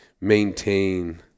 maintain